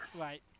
Right